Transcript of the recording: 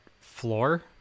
floor